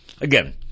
Again